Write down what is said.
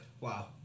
Wow